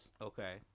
Okay